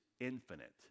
infinite